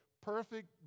perfect